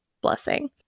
blessing